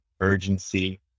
urgency